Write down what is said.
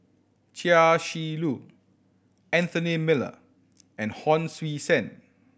Chia Shi Lu Anthony Miller and Hon Sui Sen